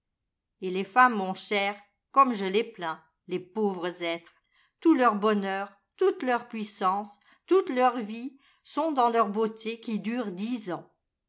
et les femmes mon cher comme e les plains les pauvres êtres tout leur bonheur toute leur puissance toute leur vie sont dans leur beauté qui dure dix ans